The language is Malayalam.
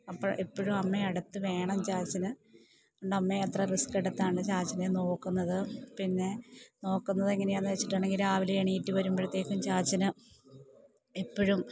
അപ്പം എപ്പഴും അമ്മ അടുത്ത് വേണം ചാച്ചന് അതുകൊണ്ട് അമ്മ അത്ര റിസ്ക് എടുത്താണ് ചാച്ചനെ നോക്കുന്നത് പിന്നെ നോക്കുന്നത് എങ്ങനെയാണെന്ന് വെച്ചിട്ടുണ്ടെങ്കിൽ രാവിലെ എണീറ്റ് വരുമ്പഴത്തേക്കും ചാച്ചന് എപ്പഴും